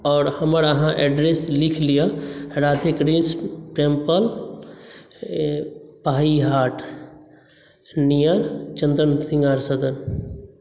आओर हमर आहाँ एड्रेस लिख लिअ राधेकृष्ण टेम्पल पाहीहाट नियर चन्दन श्रृंगार सदन